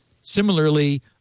Similarly